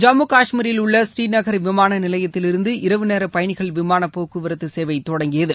ஜம்மு காஷ்மீரில் உள்ள ஸ்ரீநகர் விமான நிலையத்தில் இருந்து இரவு நேர பயணிகள் விமான போக்குவரத்து சேவை தொடங்கியது